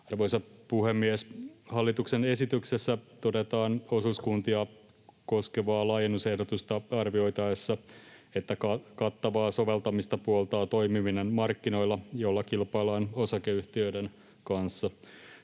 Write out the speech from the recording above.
Arvoisa puhemies! Hallituksen esityksessä todetaan osuuskuntia koskevaa laajennusehdotusta arvioitaessa, että kattavaa soveltamista puoltaa toimiminen markkinoilla, joilla kilpaillaan osakeyhtiöiden kanssa.